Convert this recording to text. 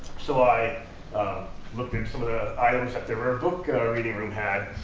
so i looked into some of the items that the rare book reading room had.